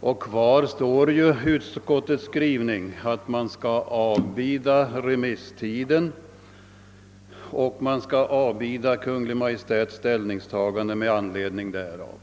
och kvar står utskottets skrivning att man skall avvakta remisstiden liksom <också Kungl. Maj:ts ställningstagande med anledning därav.